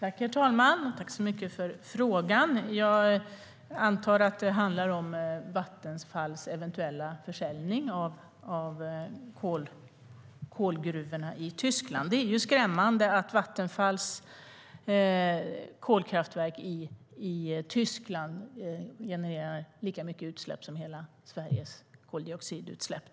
Herr talman! Tack så mycket för frågan! Jag antar att det handlar om Vattenfalls eventuella försäljning av kolgruvorna i Tyskland. Det är skrämmande att Vattenfalls kolkraftverk i Tyskland genererar lika mycket utsläpp som hela Sveriges koldioxidutsläpp.